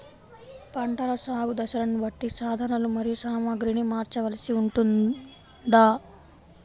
పంటల సాగు దశలను బట్టి సాధనలు మరియు సామాగ్రిని మార్చవలసి ఉంటుందా?